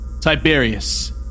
Tiberius